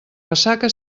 ressaca